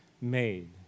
made